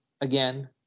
again